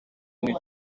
umwe